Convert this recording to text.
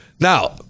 Now